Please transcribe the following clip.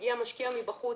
הגיע משקיע מבחוץ.